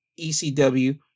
ECW